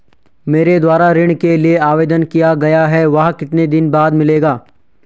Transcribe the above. मेरे द्वारा ऋण के लिए आवेदन किया गया है वह कितने दिन बाद मिलेगा?